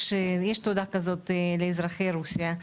יש תעודה כזאת לאזרחי רוסיה.